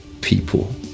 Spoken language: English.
people